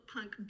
Punk